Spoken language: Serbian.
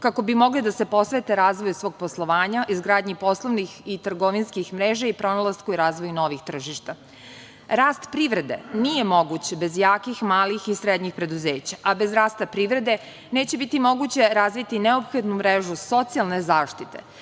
kako bi mogli da se posvete razvoju svog poslovanja, izgradnji poslovnih i trgovinskih mreža i pronalasku i razvoju novih tržišta. Rast privrede nije moguć bez jakih malih i srednjih preduzeća, a bez rasta privrede neće biti moguće razviti neophodnu mrežu socijalne zaštite